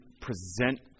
present